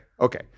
okay